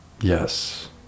Yes